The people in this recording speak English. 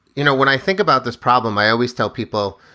you know, when i think about this problem, i always tell people,